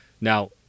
Now